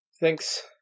Thanks